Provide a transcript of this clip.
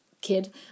kid